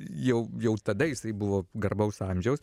jau jau tada jisai buvo garbaus amžiaus